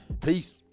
Peace